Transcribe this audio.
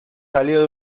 jaleo